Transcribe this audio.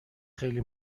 خیلی